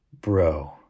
Bro